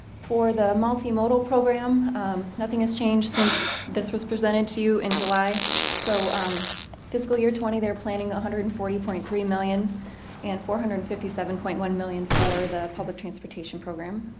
for the multimodal program nothing has changed since this was presented to you in july so fiscal year twenty they're planning one hundred and forty point three million and four hundred fifty-seven point one million for the public transportation program